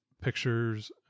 pictures